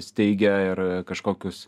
steigia ir kažkokius